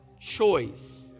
choice